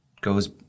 goes